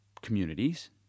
communities